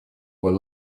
were